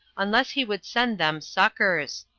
unless he would send them succors.